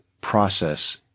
process